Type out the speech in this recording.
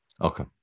Okay